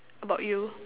about you